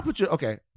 Okay